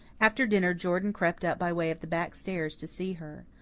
after dinner jordan crept up by way of the back stairs to see her.